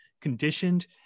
conditioned